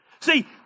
See